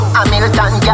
Hamilton